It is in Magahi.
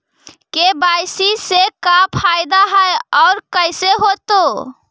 के.वाई.सी से का फायदा है और कैसे होतै?